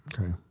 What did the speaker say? Okay